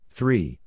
Three